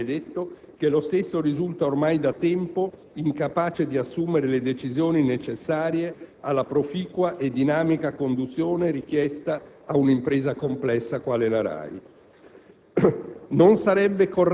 essendosi rilevato, come detto, che lo stesso risulta ormai da tempo incapace di assumere le decisioni necessarie alla proficua e dinamica conduzione richiesta a un'impresa complessa quale la RAI.